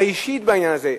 האישית, בעניין הזה,